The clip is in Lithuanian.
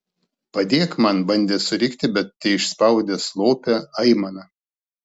padėk man bandė surikti bet teišspaudė slopią aimaną